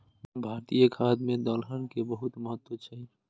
भारतीय खाद्य मे दलहन के बहुत महत्व छै